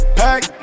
pack